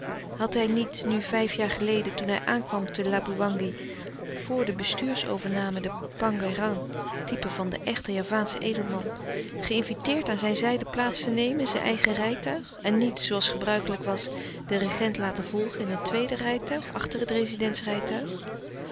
had hij niet nu vijf jaar geleden toen hij aankwam te laboewangi voor de bestuursovername den pangéran type van den echten javaanschen edelman geïnviteerd aan zijn zijde plaats te nemen in zijn eigen rijtuig en niet zooals gebruikelijk was den regent laten volgen in een tweede rijtuig achter het